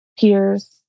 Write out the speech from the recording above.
peers